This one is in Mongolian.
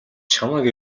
чамайг